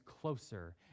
closer